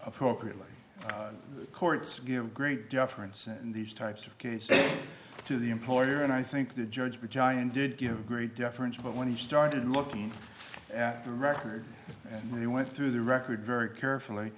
appropriately courts give great deference in these types of cases to the employer and i think the judge giant did give great deference but when he started looking at the record and they went through the record very carefully